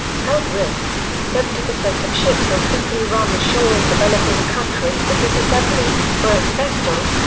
health risks seventy percent of ships are simply run ashore in developing countries for disassembly, where asbestos,